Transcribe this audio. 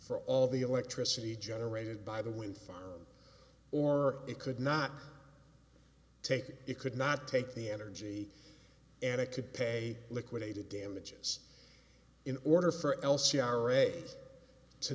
for all the electricity generated by the wind farm or it could not take it could not take the energy and it could pay liquidated damages in order for l